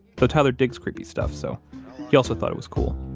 but tyler digs creepy stuff, so he also thought it was cool